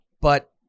but-